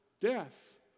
death